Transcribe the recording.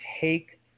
take